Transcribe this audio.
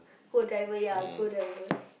co driver ya co driver